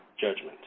judgment